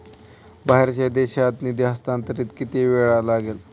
बाहेरच्या देशात निधी हस्तांतरणास किती वेळ लागेल?